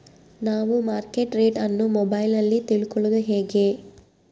ನಾವು market rate ಅನ್ನು ಮೊಬೈಲಲ್ಲಿ ತಿಳ್ಕಳೋದು ಹೇಗೆ?